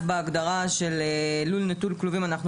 בהגדרה של לול נטול כלובים, אנחנו